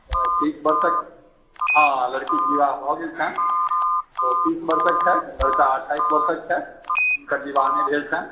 तीस बरसक हॅं लड़कीक विवाह भऽ गेल छनि ओ तीस बरसक छथि लड़का अट्ठाईस बरसक छथि हुनकर विवाह नहि भेल छनि